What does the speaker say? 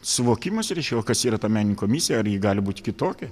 suvokimas reiškia o kas yra ta menininko misija ar ji gali būti kitokia